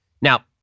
Now